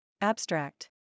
Abstract